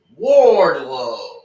Wardlow